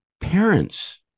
parents